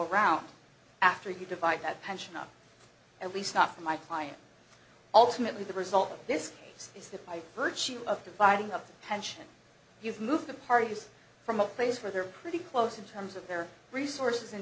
around after you divide that pension up at least not for my client ultimately the result of this case is that by virtue of dividing up the pension you've moved the parties from a place where they're pretty close in terms of their resources